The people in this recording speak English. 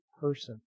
person